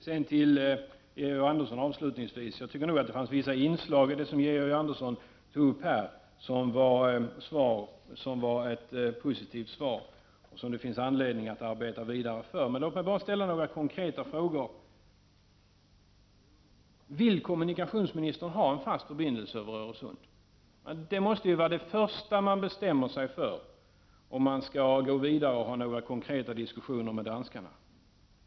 Avslutningsvis vill jag säga att jag tycker att det finns vissa inslag i det Georg Andersson tog upp här som innebär ett positivt svar och som det finns anledning att arbeta vidare för. Men låt mig ställa några konkreta frågor: Vill kommunikationsministern ha en fast förbindelse över Öresund? Det måste ju vara det första man bestämmer sig för, om man skall gå vidare och ha några konkreta diskussioner med danskarna.